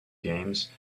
games